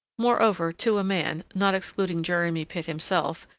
moreover, to a man not excluding jeremy pitt himself,